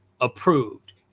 approved